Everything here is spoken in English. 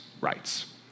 rights